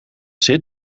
zit